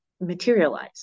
materialize